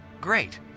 Great